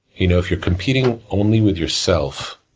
you know, if you're competing only with yourself,